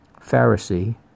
Pharisee